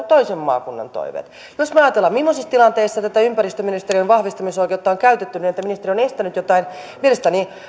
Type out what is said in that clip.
toisen maakunnan toiveet jos me ajattelemme millaisissa tilanteissa tätä ympäristöministeriön vahvistamisoikeutta on käytetty niin että ministeriö on estänyt jotain niin mielestäni